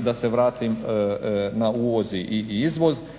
da se vratim na uvoz i izvoz,